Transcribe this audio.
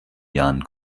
jahren